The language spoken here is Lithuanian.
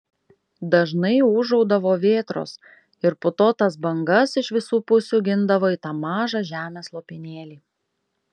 dažnai ūžaudavo vėtros ir putotas bangas iš visų pusių gindavo į tą mažą žemės lopinėlį